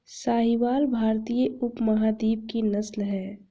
साहीवाल भारतीय उपमहाद्वीप की नस्ल है